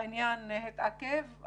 העניין התעכב,